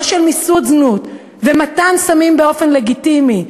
לא של מיסוד זנות ומתן סמים באופן לגיטימי,